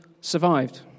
survived